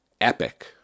epic